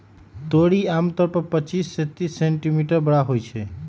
तोरी आमतौर पर पच्चीस से तीस सेंटीमीटर बड़ होई छई